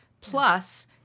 Plus